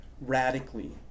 radically